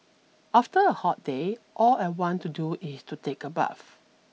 after a hot day all I want to do is to take a bath